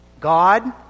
God